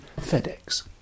FedEx